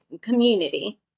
community